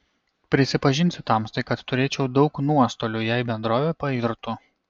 prisipažinsiu tamstai kad turėčiau daug nuostolių jei bendrovė pairtų